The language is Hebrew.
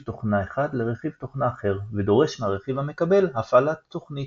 תוכנה אחד לרכיב תוכנה אחר ודורש מהרכיב המקבל הפעלת תוכנית.